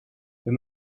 wenn